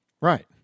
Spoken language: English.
Right